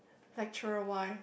lecturer why